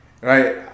right